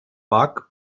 bug